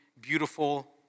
beautiful